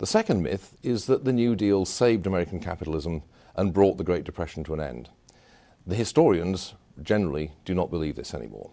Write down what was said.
the second myth is that the new deal saved american capitalism and brought the great depression to an end the historians generally do not believe this anymore